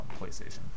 PlayStation